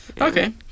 Okay